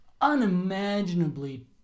unimaginably